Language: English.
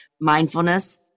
Mindfulness